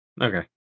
Okay